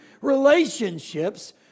relationships